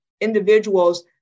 individuals